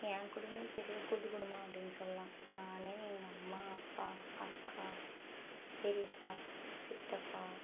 என் குடும்பம் பெரிய கூட்டுக்குடும்பம் அப்படினு சொல்லலாம் நான் எங்கள் அம்மா அப்பா அக்கா பெரியப்பா சித்தப்பா